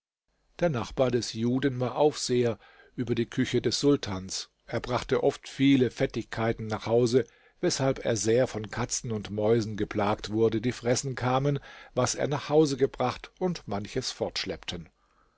der nachbar des juden war aufseher über die küche des sultans er brachte oft viele fettigkeiten nach hause weshalb er sehr von katzen und mäusen geplagt wurde die fressen kamen was er nach hause gebracht und manches